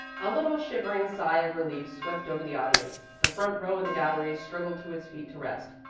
a little shivering sigh of relief swept over the audience. the front row in the gallery struggled to its feet to rest,